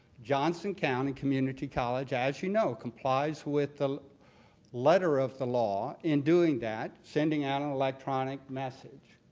johnson county community college, as you know, complies with the letter of the law in doing that, sending out an electronic message.